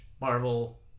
Marvel